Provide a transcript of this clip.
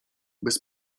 bez